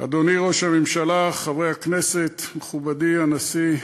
אדוני ראש הממשלה, חברי הכנסת, מכובדי הנשיא,